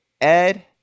ed